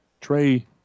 Trey